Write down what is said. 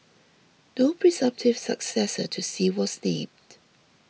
no presumptive successor to Xi was named